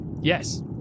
Yes